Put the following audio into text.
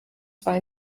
zwar